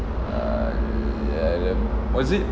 err was it